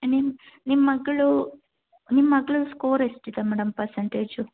ನಿಮ್ಮ ನಿಮ್ಮ ಮಗಳೂ ನಿಮ್ಮ ಮಗ್ಳ ಸ್ಕೋರ್ ಎಷ್ಟಿದೆ ಮೇಡಮ್ ಪರ್ಸಂಟೇಜು